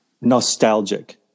nostalgic